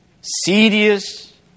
serious